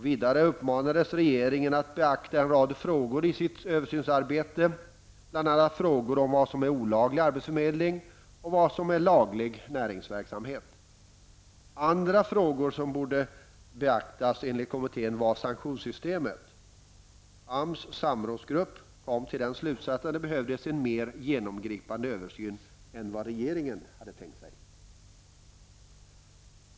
Vidare uppmanades regeringen att beakta en rad frågor i sitt översynsarbete, bl.a. frågor om vad som är olaglig arbetsförmedling och vad som är laglig näringsverksamhet. Andra frågor som borde beaktas enligt kommittén var sanktionssystemet. AMS samrådsgrupp kom till den slutsatsen att det behövdes en mer genomgripande översyn än vad regeringen hade tänkt sig.